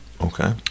Okay